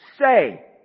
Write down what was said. say